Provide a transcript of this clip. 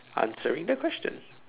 answering the question